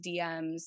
DMs